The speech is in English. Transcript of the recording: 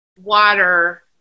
water